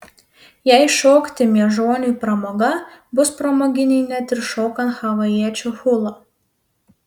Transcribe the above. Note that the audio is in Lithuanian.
jei šokti miežoniui pramoga bus pramoginiai net ir šokant havajiečių hulą